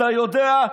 אתה יודע,